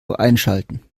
einschalten